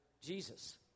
Jesus